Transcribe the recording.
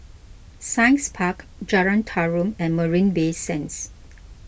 Science Park Jalan Tarum and Marina Bay Sands